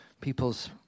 people's